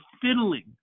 fiddling